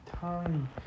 time